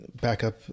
backup